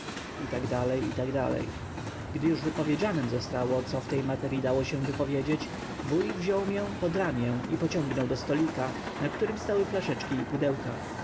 i t d i t d a gdy już wypowiedzianem zostało wszystko co w tej materyi dało się wypowiedzieć wuj wziął mię pod ramię i pociągnął do stolika na którym stały flaszeczki i pudełka